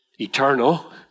eternal